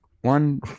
one